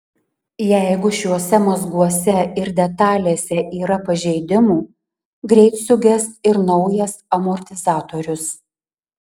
jeigu šiuose mazguose ir detalėse yra pažeidimų greit suges ir naujas amortizatorius